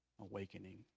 awakening